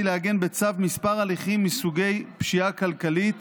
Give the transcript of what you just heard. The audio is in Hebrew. לעגן בצו כמה הליכים מסוגי פשיעה כלכלית